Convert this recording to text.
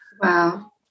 wow